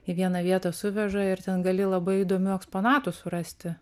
į vieną vietą suveža ir ten gali labai įdomių eksponatų surasti